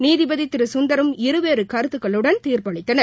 நீதிபதி திரு சுந்தரும் இருவேறு கருத்துக்களுடன் தீர்ப்பளித்தனர்